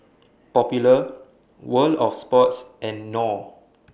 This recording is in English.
Popular World of Sports and Knorr